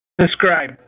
subscribe